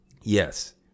Yes